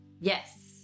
Yes